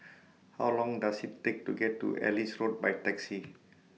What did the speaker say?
How Long Does IT Take to get to Ellis Road By Taxi